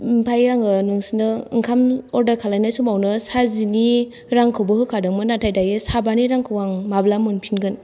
ओमफ्राय आङो नोंसिनो ओंखाम अर्डार खालायनाय समावनो साजिनि रांखौबो होखादों नाथाइ दायो साबानि रांखौ आं माब्ला मोनफिनगोन